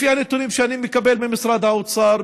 לפי הנתונים שאני מקבל ממשרד האוצר,